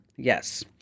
Yes